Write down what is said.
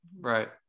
right